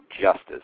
justice